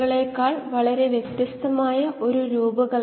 ഇപ്പോൾ നമ്മൾ കോശങ്ങളിലാണ് മാസ് ബാലൻസ് ചെയ്യാൻ പോകുന്നത്